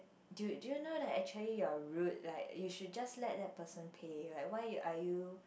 do do you know that actually you are rude like you should just let that person pay like why are you